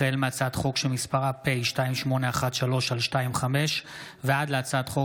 החל בהצעת חוק פ/2813/25 וכלה בהצעת חוק